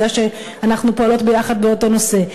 כי אנחנו פועלות ביחד באותו נושא.